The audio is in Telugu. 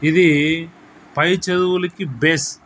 ఇది పై చదువులకి బేస్